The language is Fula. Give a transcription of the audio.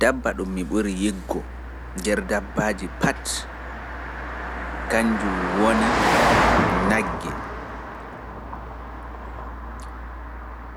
Dabba ɗun mi ɓuri yiɗugo kannjun woni Nagge.